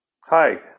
Hi